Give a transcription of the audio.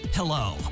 Hello